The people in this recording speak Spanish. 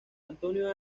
antonio